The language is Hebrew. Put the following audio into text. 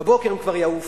בבוקר הם כבר יעופו.